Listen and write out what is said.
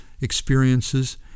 experiences